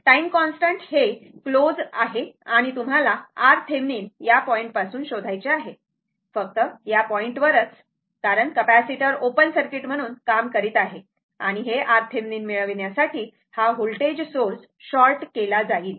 time constant हे close आहे आणि तुम्हाला RThevenin या पॉईंट पासून शोधायचे आहे फक्त या पॉईंट वरच कारण कॅपेसिटर ओपन सर्किट म्हणून काम करीत आहे आणि हे RThevenin मिळवण्यासाठी हा व्होल्टेज सोर्स शॉर्ट केला जाईल